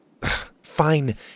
Fine